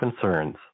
concerns